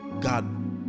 God